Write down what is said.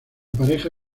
pareja